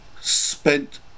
spent